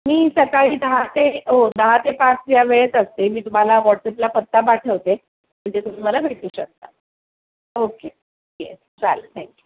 मी सकाळी दहा ते दहा ते पाच या वेळेत असते मी तुम्हाला व्हॉट्सअपला पत्ता पाठवते म्हणजे तुम्ही मला भेटू शकता ओके येस चालेल थँक्यू